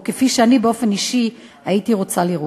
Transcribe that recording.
או כפי שאני באופן אישי הייתי רוצה לראות.